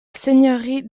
seigneurie